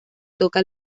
toca